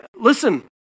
Listen